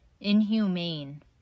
inhumane